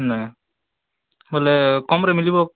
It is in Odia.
ନାଁ ହେଲେ କମ୍ରେ ମିଲିବ